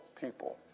people